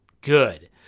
good